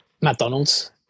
McDonald's